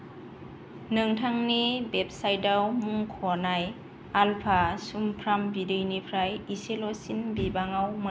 नोंथांनि वेबसाइटाव मुंख'नाय आल्फा सुमफ्राम बिदैनिफ्राय इसेल'सिन बिबाङाव मोनदों